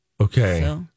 okay